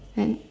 then